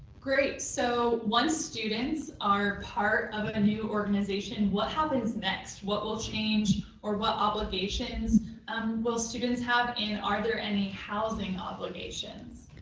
great. so once students are part of a new organization, what happens next? what will change or what obligations um will students have? and are there any housing obligations?